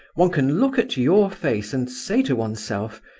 one can look at your face and say to one's self,